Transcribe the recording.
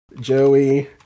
Joey